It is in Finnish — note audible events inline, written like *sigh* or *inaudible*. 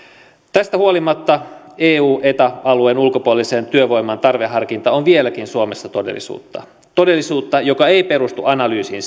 tästä huolimatta eu ja eta alueen ulkopuolisen työvoiman tarveharkinta on vieläkin suomessa todellisuutta todellisuutta joka ei perustu analyysiin *unintelligible*